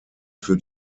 für